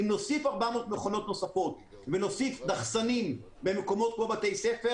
אם נוסיף 400 מכונות נוספות ונוסיף דחסנים במקומות כמו בתי ספר